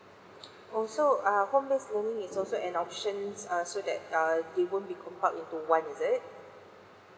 oh so err home base learning is also an options err so that err they won't be compound into one is it